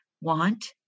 want